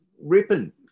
ripping